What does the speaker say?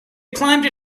climbed